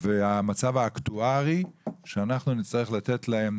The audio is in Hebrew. ולפי המצב האקטוארי אנחנו נצטרך לתת להם